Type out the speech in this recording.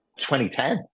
2010